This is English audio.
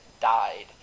died